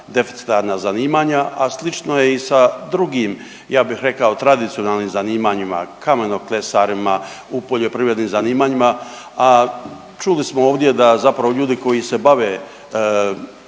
deficitarna zanimanja, a slično je i sa drugim ja bih rekao tradicionalnim zanimanjima kameno klesarima u poljoprivrednim zanimanjima, a čuli smo ovdje da zapravo ljudi koji se bave